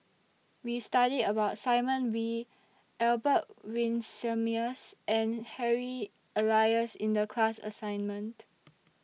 We studied about Simon Wee Albert Winsemius and Harry Elias in The class assignment